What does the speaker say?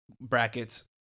brackets